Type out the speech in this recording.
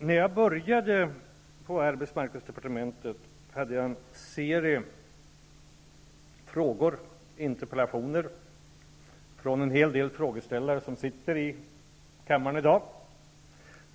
När jag började på arbetsmarknadsdepartementet hade jag en serie frågor och interpellationer från en hel del frågeställare som sitter i kammaren i dag.